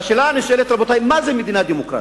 והשאלה הנשאלת היא, רבותי: מה זו מדינה דמוקרטית?